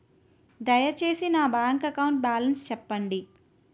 దయచేసి నా bank account balance చెప్పండి